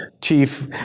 Chief